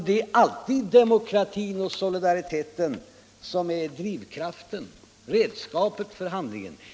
Det är alltid demokratin och solidariteten som är drivkraften och redskapet för handlingen.